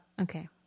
okay